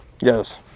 Yes